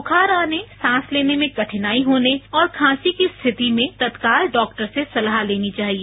वुखार आने सांस लेने में कठिनाई होने और खासी की स्थिति में तत्काल डॉक्टर से सलाह लेनी चाहिए